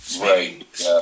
Right